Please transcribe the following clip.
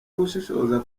gushishoza